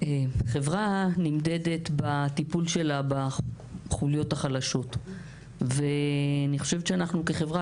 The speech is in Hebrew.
חברה נמדדת בטיפול שלה בחוליות החלשות ואני חושבת שאנחנו כחברה,